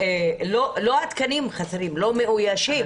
לא התקנים חסרים, אלא הם לא מאוישים.